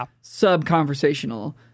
sub-conversational